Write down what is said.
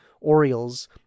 Orioles